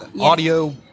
audio